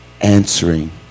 answering